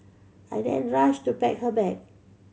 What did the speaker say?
I then rushed to pack her bag